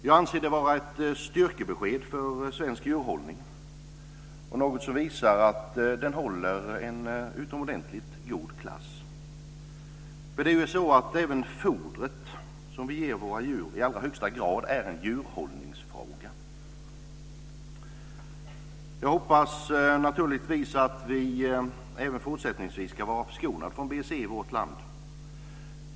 Jag anser det vara ett styrkebesked för svensk djurhållning och något som visar att den håller en utomordentligt god klass. Även fodret som vi ger våra djur är i allra högsta grad en djurhållningsfråga. Jag hoppas naturligtvis att vi även fortsättningsvis ska vara förskonade från BSE i vårt land.